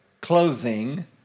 clothing